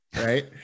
right